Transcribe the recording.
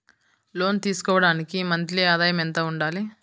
లోను తీసుకోవడానికి మంత్లీ ఆదాయము ఎంత ఉండాలి?